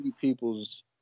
people's